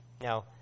Now